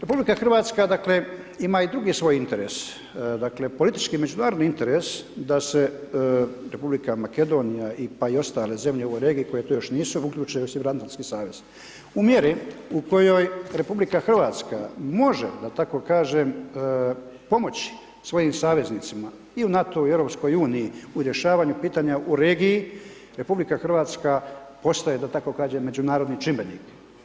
RH dakle ima i drugi svoj interes, dakle politički međunarodni interes da se Republika Makedonija pa i ostale zemlje u regiji koje tu još nisu uključene u Sjevernoatlantski savez, u mjeri u kojoj RH može da tako kažem, pomoći svojim saveznicima i u NATO-u i u EU-u u rješavanju pitanja u regiji, RH postaje da tako kažem međunarodni čimbenik.